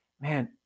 man